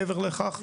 מעבר לכך,